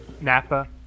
Napa